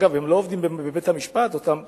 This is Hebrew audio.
אגב, הם לא עובדים בבית-המשפט, אותם פרקליטים,